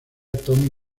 tommy